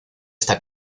esta